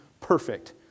perfect